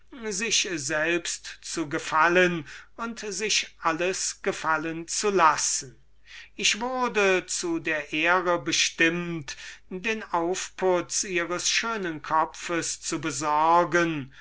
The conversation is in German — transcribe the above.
sich selbst zu gefallen und sich alles gefallen zu lassen ich wurde zu der ehre bestimmt den aufputz ihres schönen kopfes zu besorgen